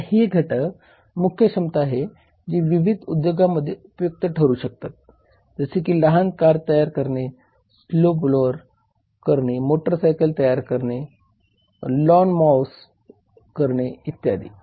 आता ही घटक मुख्य क्षमता आहे जे विविध उद्योगांमध्ये उपयुक्त ठरू शकतात जसे की लहान कार तयार करणे स्नोब्लोअर करणे मोटारसायकल तयार करणे लॉन मॉव्हर्स करणे इत्यादी